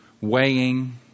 weighing